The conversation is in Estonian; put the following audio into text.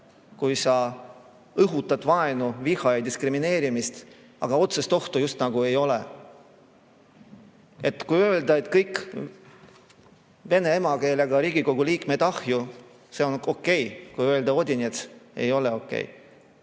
kui sa õhutad vaenu, viha ja diskrimineerimist, aga otsest ohtu just nagu ei ole. Kui öelda, et kõik vene emakeelega Riigikogu liikmed ahju, siis see on okei. Kui öelda Odinets, siis ei ole okei.